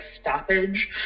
stoppage